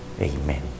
Amen